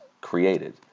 created